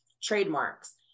trademarks